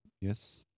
Yes